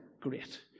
Great